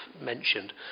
mentioned